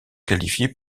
qualifiées